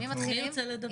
עם מי מתחילים?